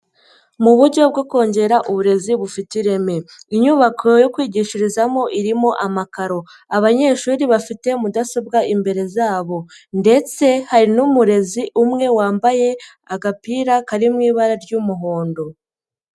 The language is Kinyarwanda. Mu buryo bwo kongera uburezi bufite ireme, inyubako yo kwigishirizamo irimo amakaro, abanyeshuri bafite mudasobwa imbere zabo ndetse hari n'umurezi umwe wambaye agapira kari mu ibara ry'umuhondo.